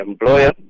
employer